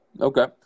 Okay